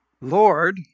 Lord